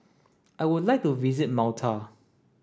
I would like to visit Malta